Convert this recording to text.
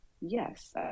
yes